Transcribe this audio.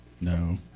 No